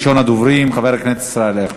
ראשון הדוברים, חבר הכנסת ישראל אייכלר.